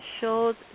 showed